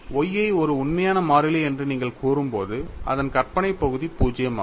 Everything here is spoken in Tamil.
Y ஐ ஒரு உண்மையான மாறிலி என்று நீங்கள் கூறும்போது அதன் கற்பனையான பகுதி 0 ஆகும்